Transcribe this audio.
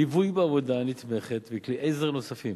ליווי בעבודה נתמכת וכלי עזר נוספים.